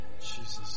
Jesus